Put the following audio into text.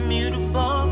Beautiful